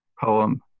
poem